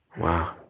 Wow